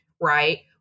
right